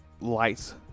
lights